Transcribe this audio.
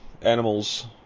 animals